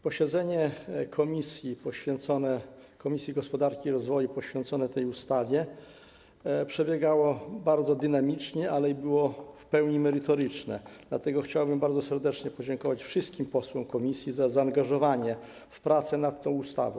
Posiedzenie Komisji Gospodarki i Rozwoju poświęcone tej ustawie przebiegało bardzo dynamicznie, ale było w pełni merytoryczne, dlatego chciałbym bardzo serdecznie podziękować wszystkim posłom komisji za zaangażowanie się w prace nad tą ustawą.